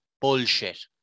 bullshit